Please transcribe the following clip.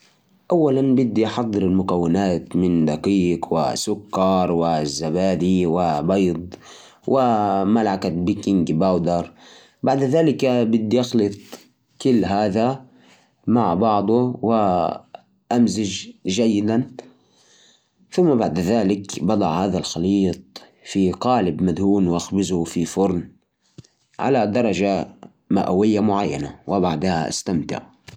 عشان تخبز كعكة بسيطة، أول شيء، تسخن الفرن على ميه و ثمانين درجة. وفي وعاء اخلصت اتنين كوب دقيق مع كوب سكر وملعقة بيكنج بودر. وبعدين أضف كوب حليب وكوب زيت واثنين بيض وملعقة فانيليا واخلطهم كويس. إسكب الخليط في صينية مدهونة وحطها بالفرن لمدة ثلاثين إلى خمسه وثلاثين دقيقة. بعد ما تبرد، زينها بالشوكولاتة أو كريمة. وبالعافية.